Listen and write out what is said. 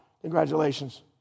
Congratulations